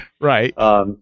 Right